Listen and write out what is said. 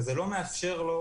וזה לא מאפשר לו